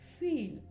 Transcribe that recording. Feel